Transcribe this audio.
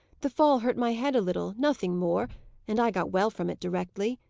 the fall hurt my head a little nothing more and i got well from it directly.